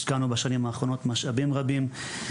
השקענו בשנים האחרונות משאבים רבים,